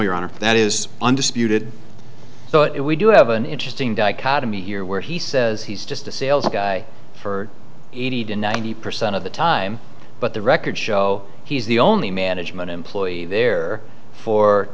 your honor that is undisputed so it we do have an interesting dichotomy here where he says he's just a sales guy for eighty to ninety percent of the time but the records show he's the only management employee there for